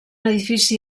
edifici